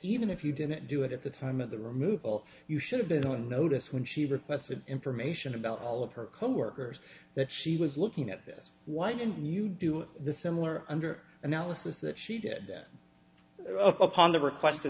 even if you didn't do it at the time of the removal you should have been on notice when she requested information about all of her coworkers that she was looking at this one and you do the similar under analysis that she did that upon the request o